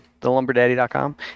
thelumberdaddy.com